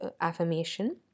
affirmation